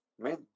Man